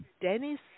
Dennis